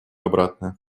обратное